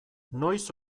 noiz